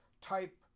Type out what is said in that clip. type